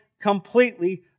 completely